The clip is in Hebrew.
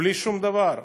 בלי שום דבר.